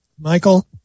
Michael